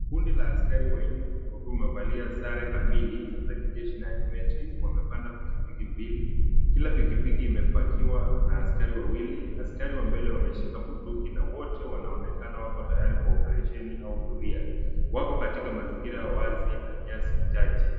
Kundi la askari wanne, wakiwa wamevalia sare kamili, za kijeshi na athletes , wamepanda pikipiki mbili, kila pikipiki imepakiwa na askari wawili, askari wa mbele wameshika bunduki, na wote wanaonekana wako tayari kwa oparesheni au doria. Wako katika mazingira wazi la nyasi chache.